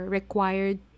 required